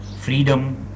freedom